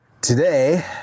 today